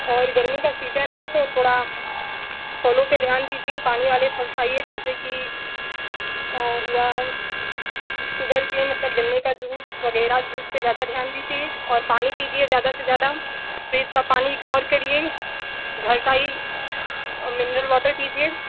और गर्मी का सीजन है तो थोड़ा फलों पर ध्यान दीजिए पानी वाले फल खाइए जैसे कि हुआ शुगर केन मतलब गन्ने का जूस वगैरह जूस पर ज्यादा ध्यान दीजिए और पानी पीजिए ज्यादा से ज्यादा फ्रिज का पानी इग्नोर करिए घर का ही मिनरल वाटर पीजिए